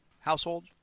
household